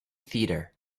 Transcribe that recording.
theatre